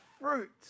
fruit